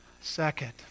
Second